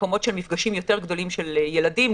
אלה מקומות של מפגשים יותר גדולים של ילדים,